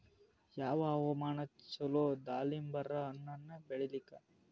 ಯಾವ ಹವಾಮಾನ ಚಲೋ ದಾಲಿಂಬರ ಹಣ್ಣನ್ನ ಬೆಳಿಲಿಕ?